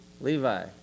Levi